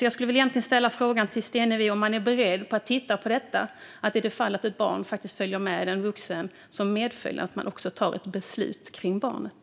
Jag vill ställa frågan till Stenevi om hon är beredd att titta på att man i det fall ett barn följer med en vuxen som medföljare också tar ett beslut om barnet.